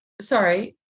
Sorry